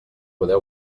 poder